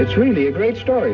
it's really a great story